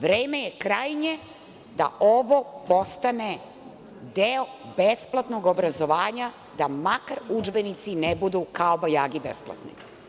Vreme je krajnje da ovo postane deo besplatnog obrazovanja, da makar udžbenici ne budu kao bajagi besplatni.